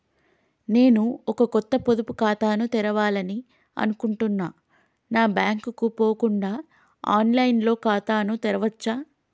నేను ఒక కొత్త పొదుపు ఖాతాను తెరవాలని అనుకుంటున్నా బ్యాంక్ కు పోకుండా ఆన్ లైన్ లో ఖాతాను తెరవవచ్చా?